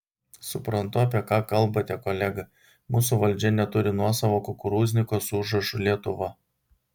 suprantu apie ką kalbate kolega mūsų valdžia neturi nuosavo kukurūzniko su užrašu lietuva